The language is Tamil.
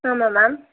ஆமாம் மேம்